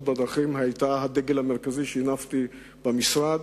בדרכים היה הדגל המרכזי שהנפתי במשרד,